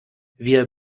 wir